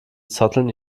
zotteln